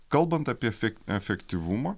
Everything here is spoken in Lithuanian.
kalbant apie fe efektyvumą